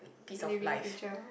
piece of life